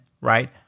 right